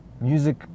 music